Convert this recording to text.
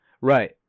Right